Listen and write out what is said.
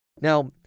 Now